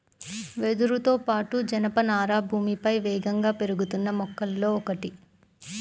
వెదురుతో పాటు, జనపనార భూమిపై వేగంగా పెరుగుతున్న మొక్కలలో ఒకటి